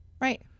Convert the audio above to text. right